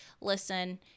listen